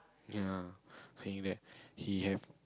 ya saying that he have